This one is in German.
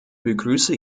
begrüße